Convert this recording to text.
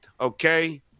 okay